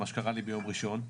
מה שקרה לי ביום ראשון,